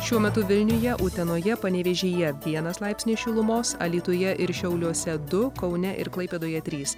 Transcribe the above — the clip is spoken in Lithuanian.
šiuo metu vilniuje utenoje panevėžyje vienas laipsnis šilumos alytuje ir šiauliuose du kaune ir klaipėdoje trys